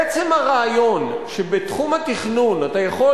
עצם הרעיון שבתחום התכנון אתה יכול